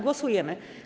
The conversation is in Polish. Głosujemy.